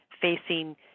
facing